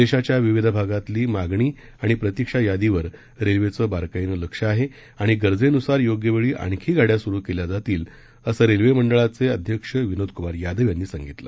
देशाच्या विविध भागातील मागणी आणि प्रतिक्षा यादीवर रेल्वेचं बारकाईनं लक्ष आहे आणि गरजेनुसार योग्य वेळी आणखी गाडया सुरु केल्या जातील असं रेल्वे मंडळाचं अध्यक्ष विनोद कुमार यादव यांनी सांगितलं